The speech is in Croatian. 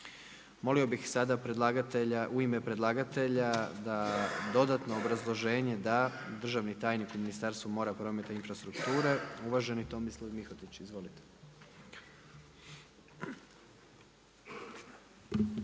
Molio bih sada u ime predlagatelja da dodatno obrazloženje da državni tajnik u Ministarstvu mora, prometa i infrastrukture uvaženi Tomislav Mihotić. Izvolite.